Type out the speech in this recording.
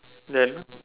then